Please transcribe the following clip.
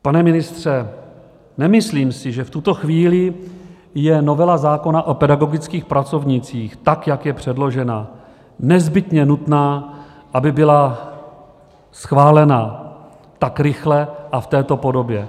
Pane ministře, nemyslím si, že v tuto chvíli je novela zákona o pedagogických pracovnících, tak jak je předložena, nezbytně nutná, aby byla schválena tak rychle a v této podobě.